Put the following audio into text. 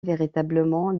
véritablement